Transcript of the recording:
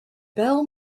bell